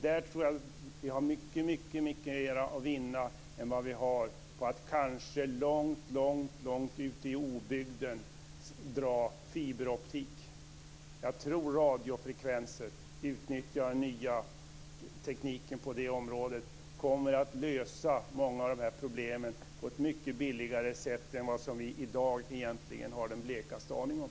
Det tror jag att vi har mycket mer att vinna på än vad vi har på att kanske långt ute i obygden dra fiberoptik. Jag tror att radiofrekvenser och utnyttjande av den nya tekniken på det området kommer att lösa många av de här problemen på ett mycket billigare sätt än vad vi i dag egentligen har den blekaste aning om.